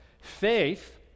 Faith